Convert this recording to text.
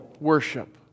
worship